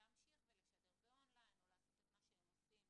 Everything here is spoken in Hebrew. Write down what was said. להמשיך ולשדר ב on line, או לעשות את מה שהם עושים